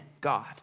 God